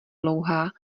dlouhá